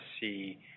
see